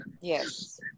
Yes